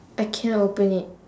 I cannot open it